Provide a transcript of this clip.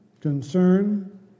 concern